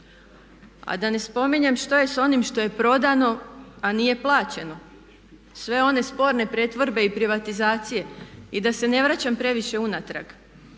a da ne spominjem što je sa onim što je prodano a nije plaćeno, sve one sporne pretvorbe i privatizacije i da se ne vraćam previše unatrag.